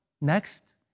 Next